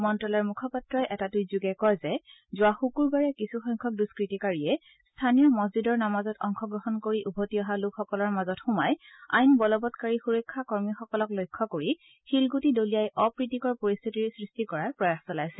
মন্ত্ৰালয়ৰ মূখপাত্ৰই এটা টুইটযোগে কয় যে যোৱা শুকুৰবাৰে কিছু সংখ্যক দুস্থতিকাৰীয়ে স্থানীয় মছজিদৰ নামাজত অংশগ্ৰহণ কৰি উভতি অহা লোকসকলৰ মাজত সোমাই আইন বলবৎকাৰী সূৰক্ষা কৰ্মীসকলক লক্ষ্য কৰি শিলগুটি দলিয়াই অপ্ৰীতিকৰ পৰিস্থিতি সৃষ্টি কৰাৰ প্ৰয়াস চলাইছিল